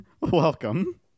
Welcome